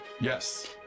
Yes